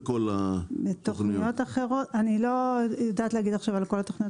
אני לא יודעת לדבר על כל התוכניות,